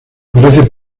parece